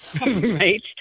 Right